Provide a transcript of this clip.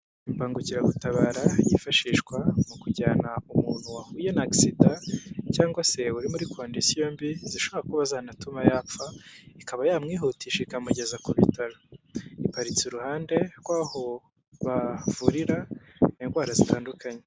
Imbangukiragutabara yifashishwa mu kujyana umuntu wahuye na agisida cyangwa se uri muri kondisiyo mbi zishobora kuba zanatuma yapfa, ikaba yamwihutisha ikamugeza ku bitaro, iparitse iruhande rw'aho bavurira indwara zitandukanye.